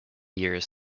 years